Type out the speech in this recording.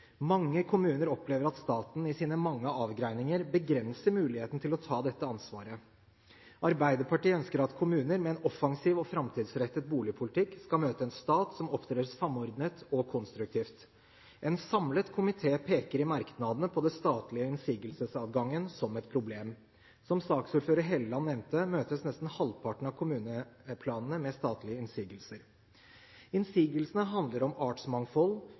Mange kommuner opplever at staten i sine mange avgreininger begrenser mulighetene til å ta dette ansvaret. Arbeiderpartiet ønsker at kommuner med en offensiv og framtidsrettet boligpolitikk skal møte en stat som opptrer samordnet og konstruktivt. En samlet komité peker i merknadene på den statlige innsigelsesadgangen som et problem. Som saksordfører Helleland nevnte, møtes nesten halvparten av kommuneplanene med statlige innsigelser. Innsigelsene handler om artsmangfold,